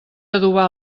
adobar